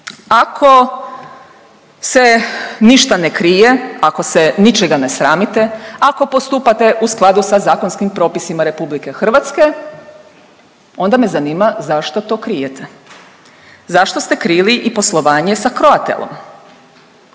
Ako se ništa ne krije, ako se ničega ne sramite, ako postupate u skladu sa zakonskim propisima RH onda me zanima zašto to krijete? Zašto ste krili i poslovanje sa Croatelom